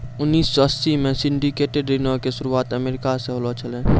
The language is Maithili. उन्नीस सौ अस्सी मे सिंडिकेटेड ऋणो के शुरुआत अमेरिका से होलो छलै